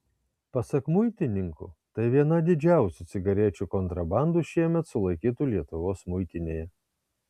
pasak muitininkų tai viena didžiausių cigarečių kontrabandų šiemet sulaikytų lietuvos muitinėje